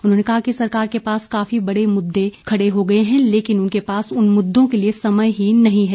उन्होंने कहा कि सरकार को पास काफी मुद्दे खड़े हो गए हैं लेकिन उनके पास उन मुद्दों के लिए समय ही नहीं है